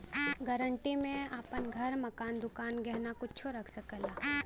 guarantee में आपन घर, मकान, दुकान, गहना कुच्छो रख सकला